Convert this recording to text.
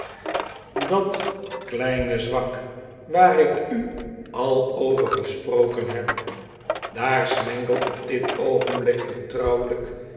dat kleine zwak waar ik u al over gesproken heb daar smangle op dit oogehblik vertrouwelijk